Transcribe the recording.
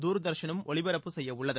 துா்தர்ஷனும் ஒலிபரப்பு செய்யவுள்ளது